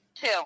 Two